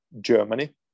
Germany